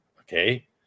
okay